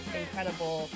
incredible